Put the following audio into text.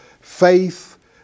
faith